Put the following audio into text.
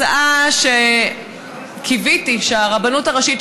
הצעה שקיוויתי שהרבנות הראשית,